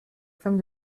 femme